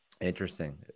Interesting